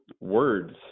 words